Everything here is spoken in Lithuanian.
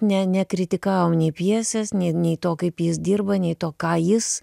ne nekritikavom nei pjesės nei nei to kaip jis dirba nei to ką jis